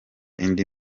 indi